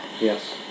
Yes